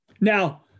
Now